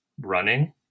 Running